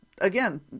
again